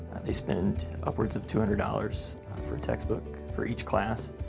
they spend upwards of two hundred dollars for a textbook, for each class,